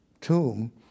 tomb